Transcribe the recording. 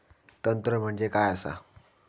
तंत्र म्हणजे काय असा?